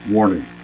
Warning